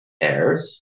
heirs